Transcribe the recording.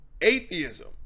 atheism